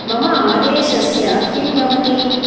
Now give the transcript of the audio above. मम आदेशस्य किं भवति